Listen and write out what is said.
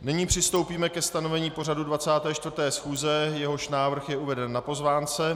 Nyní přistoupíme ke stanovení pořadu 24. schůze, jehož návrh je uveden na pozvánce.